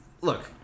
look